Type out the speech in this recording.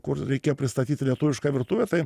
kur reikia pristatyti lietuvišką virtuvę tai